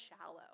shallow